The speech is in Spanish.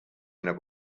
una